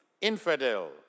infidel